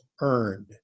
earned